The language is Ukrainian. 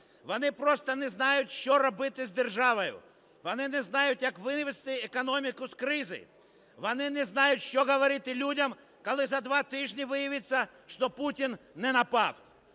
Вони просто не знають що робити з державою, вони не знають як вивести економіку з кризи, вони не знають що говорити людям, коли за два тижні виявиться, що Путін не напав.